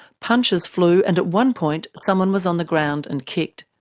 punches flew and at one point someone was on the ground and kicked.